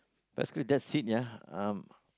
basically that's seed ya um